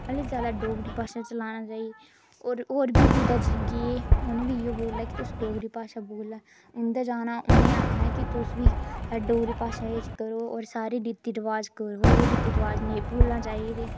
मतलब जैदा डोगरी भाशा चलानी चाहिदी होर बी कुतै गे उ'नेंगी बी इ'यै बोलना कि तुसें डोगरी भाशा बोलना उं'दे जाना उ'नें गी आखना कि तुस बी साढ़ी डोगरी भाशा करो और सारे रीति रिवाज खत्म होई गे रीति रिवाज नेईं भुल्लना चाहिदे